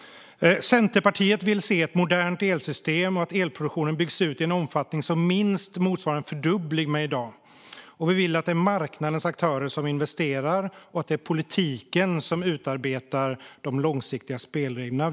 Centerpartiet vill se ett modernt elsystem och att elproduktionen byggs ut i en omfattning som minst motsvarar en fördubbling i förhållande till i dag. Vi vill att det ska vara marknadens aktörer som investerar och att det ska vara politiken som utarbetar de långsiktiga spelreglerna.